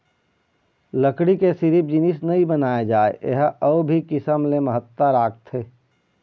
लकड़ी ले सिरिफ जिनिस नइ बनाए जाए ए ह अउ भी किसम ले महत्ता राखथे